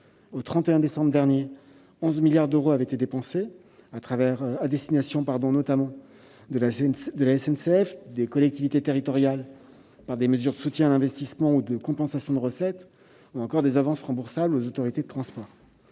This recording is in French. Au 31 décembre 2020, 11 milliards d'euros ont été dépensés, à destination notamment de la SNCF et des collectivités territoriales- par le biais des mesures de soutien à l'investissement, de compensations de recettes ou d'avances remboursables aux autorités de transports